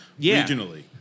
regionally